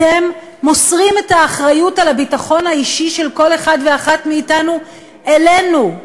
אתם מוסרים את האחריות לביטחון האישי של כל אחד ואחת מאתנו לנו,